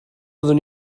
fyddwn